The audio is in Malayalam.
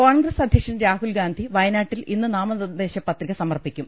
കോൺഗ്രസ് അധ്യക്ഷൻ രാഹുൽഗാന്ധി വയനാട്ടിൽ ഇന്ന് നാമനിർദ്ദേ ശപത്രിക സമർപ്പിക്കും